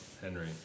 Henry